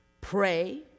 Pray